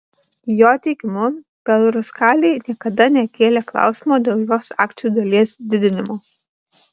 jo teigimu belaruskalij niekada nekėlė klausimo dėl jos akcijų dalies didinimo